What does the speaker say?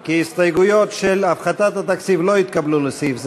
כי ההסתייגויות של הפחתת התקציב לא התקבלו לסעיף זה.